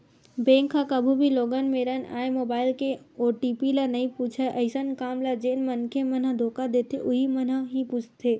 bank ह कभू भी लोगन मेरन आए मोबाईल के ओ.टी.पी ल नइ पूछय अइसन काम ल जेन मनखे मन ह धोखा देथे उहीं मन ह ही पूछथे